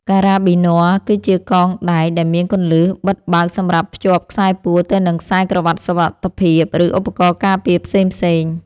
ការ៉ាប៊ីន័រ គឺជាកងដែកដែលមានគន្លឹះបិទបើកសម្រាប់ភ្ជាប់ខ្សែពួរទៅនឹងខ្សែក្រវាត់សុវត្ថិភាព ឬឧបករណ៍ការពារផ្សេងៗ។